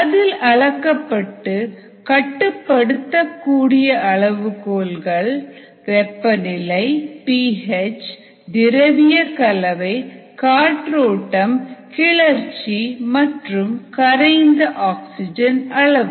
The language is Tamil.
அதில் அளக்கப்பட்டு கட்டுப்படுத்தக்கூடிய அளவுகோல்கள் வெப்பநிலை பி எச் திரவிய கலவை காற்றோட்டம் கிளர்ச்சி மற்றும் கரைந்த ஆக்ஸிஜன் அளவு